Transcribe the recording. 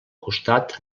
costat